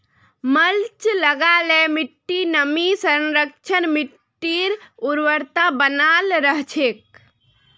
mulch लगा ल मिट्टीर नमीर संरक्षण, मिट्टीर उर्वरता बनाल रह छेक